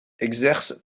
exerce